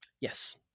yes